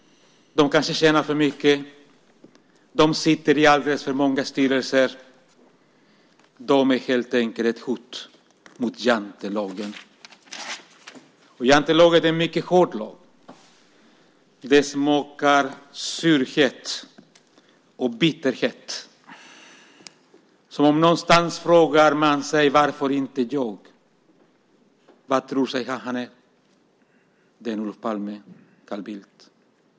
De kanske tjänar för mycket. De sitter i alldeles för många styrelser. De är helt enkelt ett hot mot jantelagen. Jantelagen är en mycket hård lag. Den smakar surhet och bitterhet. Någonstans frågar man sig: Varför inte jag? Vem tror han att han är, Olof Palme eller Carl Bildt?